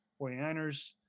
49ers